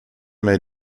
made